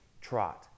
trot